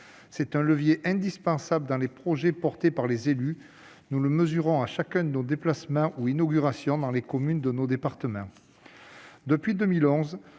C'est un levier indispensable dans les projets soutenus par les élus, comme nous le mesurons lors de chacun de nos déplacements ou inaugurations dans les communes de nos départements. Depuis 2011